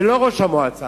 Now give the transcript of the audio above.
ולא ראש המועצה,